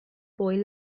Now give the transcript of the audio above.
boy